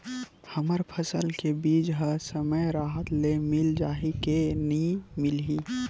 हमर फसल के बीज ह समय राहत ले मिल जाही के नी मिलही?